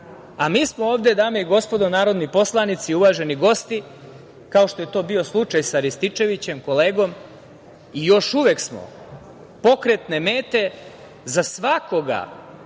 smo ovde, dame i gospodo narodni poslanici, uvaženi gosti, kao što je to bio slučaj sa Rističevićem kolegom, i još uvek smo pokretne mete za svakoga